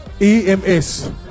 EMS